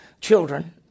children